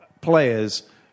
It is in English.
players